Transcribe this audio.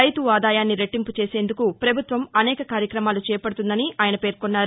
రైతు ఆదాయాన్ని రెట్టింపు చేసేందుకు ప్రభుత్వం అనేక కర్యక్రమాలు చేపడుతుందని ఆయన పేర్కొన్నారు